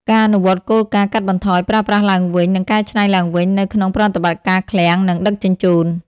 ការអនុវត្តគោលការណ៍កាត់បន្ថយ ប្រើប្រាស់ឡើងវិញ និងកែច្នៃឡើងវិញ នៅក្នុងប្រតិបត្តិការឃ្លាំង និងដឹកជញ្ជូន។